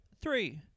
three